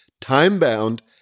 time-bound